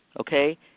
okay